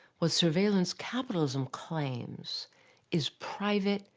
what surveillance capitalism claims is private,